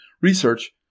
research